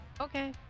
Okay